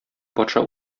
патша